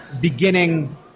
beginning